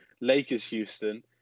Lakers-Houston